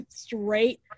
straight